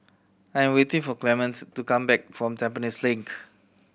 I am waiting for Clementines to come back from Tampines Link